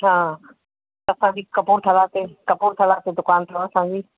हा असां जी कपूरथला ते कपूरथला ते दुकान अथव असांजी